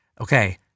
okay